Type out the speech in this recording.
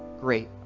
Great